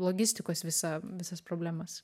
logistikos visą visas problemas